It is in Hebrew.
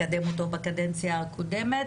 בקדנציה הקודמת,